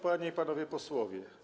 Panie i Panowie Posłowie!